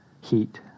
heat